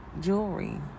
jewelry